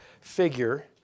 figure